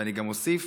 וגם אוסיף: